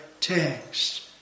text